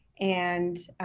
and